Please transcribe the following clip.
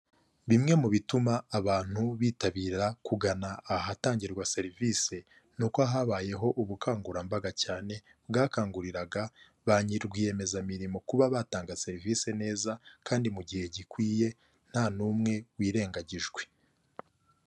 Bimwe mu bituma abantu bitabira kugana ahatangirwa serivisi ni uko habayeho ubukangurambaga cyane bwakanguriraga ba rwiyemezamirimo kuba batanga serivisi neza kandi mu gihe gikwiye nta n'umwe wirengagijwe.